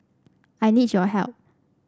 I need your help